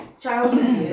childhood